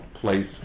place